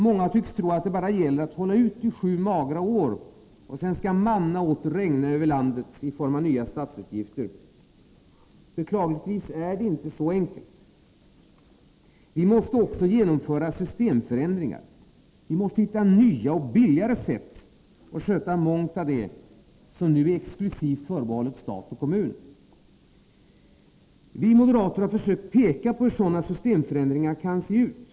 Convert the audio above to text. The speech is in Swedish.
Många tycks tro att det bara gäller att hålla ut i sju magra år, sedan skall manna åter regna över landet i form av nya statsutgifter. Beklagligtvis är det inte så enkelt. Vi måste också genomföra systemförändringar. Vi måste hitta nya och billigare sätt att sköta mångt av det som nu är exklusivt förbehållet stat och kommun. Vi moderater har försökt peka på hur sådana systemförändringar kan se ut.